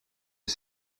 est